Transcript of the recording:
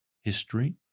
history